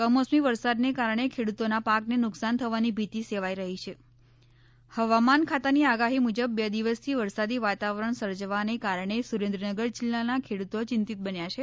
કમોસમી વરસાદને કારણે ખેડૂતોના પાકને નુકસાન થવાની ભીતિ સેવાઈ રહી છે હવામાન ખાતાની આગાહી મુજબ બે દિવસથી વરસાદી વાતાવરણ સર્જાવાને કારણે સુરેન્દ્રનગર જિલ્લાના ખેડૂતો ચિંતિત બન્યા છે